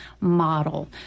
model